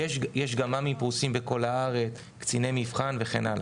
יש גם ממ"י פרוסים בכל רחבי הארץ קציני מבחן וכן הלאה.